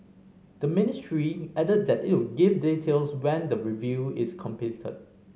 the ministry added that it would give details when the review is completed